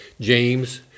james